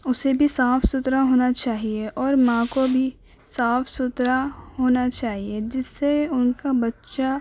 اسے بھی صاف ستھرا ہونا چاہیے اور ماں کو بھی صاف ستھرا ہونا چاہیے جس سے ان کا بچہ